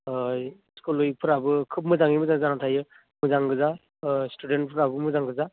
school उइकफोराबो खोब मोजाङै मोजां जानानै थायो मोजां गोजा स्टुडेन्टफोराबो मोजां गोजा